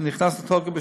נכנס לתוקף,